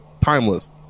timeless